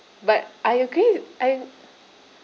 but I agree wi~ I